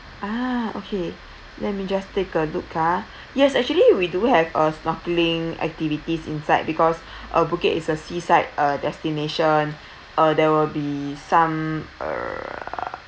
ah okay let me just take a look ah yes actually we do have a snorkeling activities inside because uh phuket is a sea side uh destination uh there will be some uh